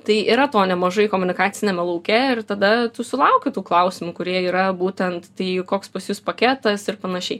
tai yra to nemažai komunikaciniame lauke ir tada sulaukiu tų klausimų kurie yra būtent tai koks pas jus paketas ir panašiai